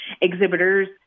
exhibitors